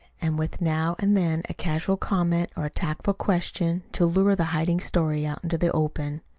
and with now and then a casual comment or a tactful question to lure the hiding story out into the open.